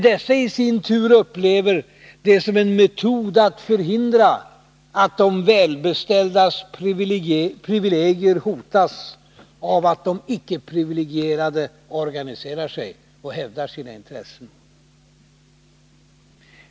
Dessa i sin tur upplever det som en metod att förhindra att de välbeställdas privilegier hotas av att de icke-privilegierade organiserar sig och hävdar sina intressen.